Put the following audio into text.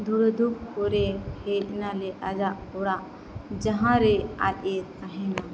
ᱫᱷᱩᱲᱟᱹ ᱫᱷᱩᱯ ᱯᱚᱨᱮ ᱦᱮᱡᱮᱱᱟᱞᱮ ᱟᱡᱟᱜ ᱚᱲᱟᱜ ᱡᱟᱦᱟᱸᱨᱮ ᱟᱡᱮ ᱛᱟᱦᱮᱱᱟ